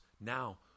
now